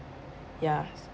ya